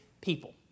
people